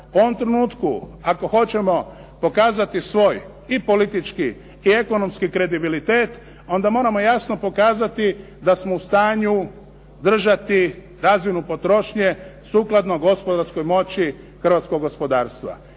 U ovom trenutku ako hoćemo pokazati svoji i politički i ekonomski kredibilitet, onda moramo pokazati da smo u stanju držati razinu potrošnje, sukladno gospodarskoj moći hrvatskog gospodarstva.